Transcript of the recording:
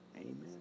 Amen